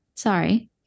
Sorry